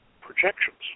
projections